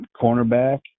cornerback